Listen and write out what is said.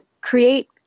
create